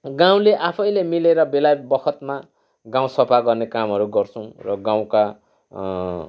गाउँले आफैले मिलेर बेलाबखतमा गाउँ सफा गर्ने कामहरू गर्छौँ र गाउँका